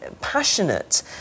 passionate